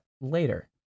later